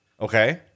okay